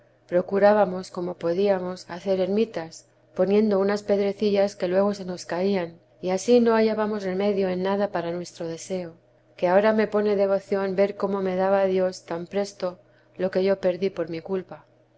procurábamos como podíamos hacer ermitas poniendo teresa di unas pedreciilas que luego se nos caían y ansí no hallábamos remedio en nada para nuestro deseo que ahora me pone devoción ver cómo me daba dios tan presto lo que yo perdí por mi culpa